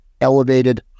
elevated